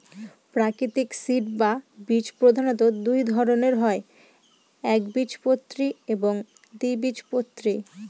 প্রাকৃতিক সিড বা বীজ প্রধানত দুই ধরনের হয় একবীজপত্রী এবং দ্বিবীজপত্রী